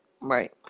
right